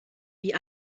wie